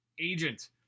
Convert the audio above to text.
agent